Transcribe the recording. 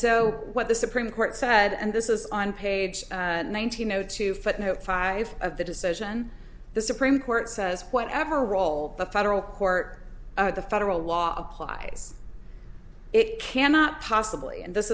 so what the supreme court said and this is on page one thousand know to footnote five of the decision the supreme court says whatever role the federal court the federal law applies it cannot possibly and this